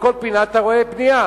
בכל פינה אתה רואה בנייה.